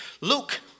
Luke